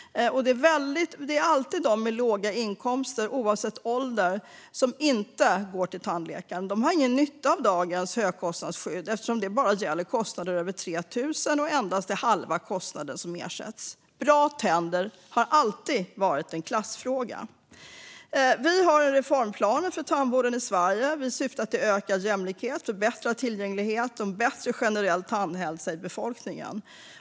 Det är alltid de med låga inkomster, oavsett ålder, som inte går till tandläkaren. De har ingen nytta av dagens högkostnadsskydd eftersom det bara gäller kostnader över 3 000 kronor, och det är endast halva kostnaden som ersätts. Bra tänder har alltid varit en klassfråga. Vi har reformplaner för tandvården i Sverige. De syftar till ökad jämlikhet, förbättrad tillgänglighet och en bättre generell tandhälsa i befolkningen.